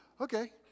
okay